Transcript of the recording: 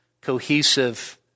cohesive